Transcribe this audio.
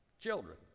children